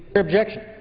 objection?